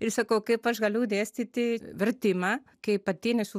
ir sakau kaip aš galiu dėstyti vertimą kai pati nesu